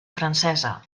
francesa